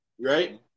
right